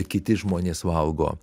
kiti žmonės valgo